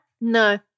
No